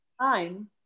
time